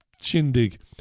shindig